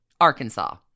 Arkansas